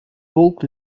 долг